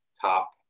top